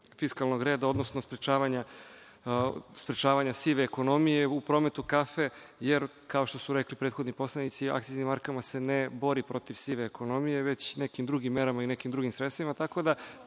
fiskalnog reda, odnosno sprečavanja sive ekonomije u prometu kafe jer, kao što su rekli prethodni poslanici, akciznim markama se ne bori protiv sive ekonomije, već nekim drugim merama i nekim drugim sredstvima.